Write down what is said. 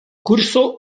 kurso